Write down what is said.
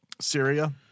Syria